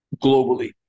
globally